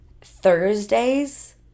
Thursdays